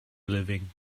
living